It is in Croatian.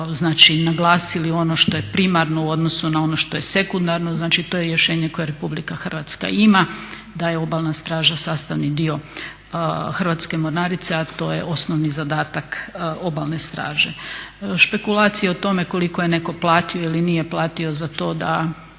smo naglasili ono što je primarno u odnosu na ono što je sekundarno znači to je rješenje koje RH ima da je obalna straža sastavni dio Hrvatske mornarice, a to je osnovni zadatak obalne straže. Špekulacije o tome koliko je netko platio ili nije platio za to da